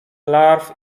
larw